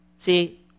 See